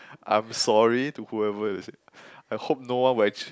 I'm sorry to whoever is I hope no one will actually